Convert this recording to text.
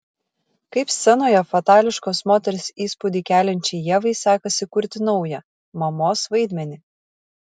kaip scenoje fatališkos moters įspūdį keliančiai ievai sekasi kurti naują mamos vaidmenį